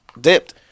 dipped